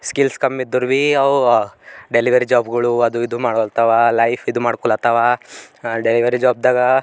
skills ಕಮ್ ಇದ್ದರು ಭಿ ಅವು ಡೆಲಿವರಿ ಜಾಬ್ಗಳು ಅದು ಇದು ಮಾಡಲತ್ತವ ಲೈಫ್ ಇದು ಮಾಡ್ಕೊಳತ್ತವ ಡೆಲಿವರಿ ಜಾಬ್ದಾಗ